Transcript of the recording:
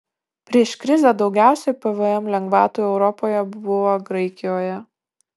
prieš krizę daugiausiai pvm lengvatų europoje buvo graikijoje